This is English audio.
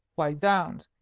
why, zounds!